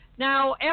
Now